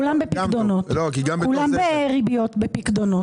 כולם בריביות בפיקדונות?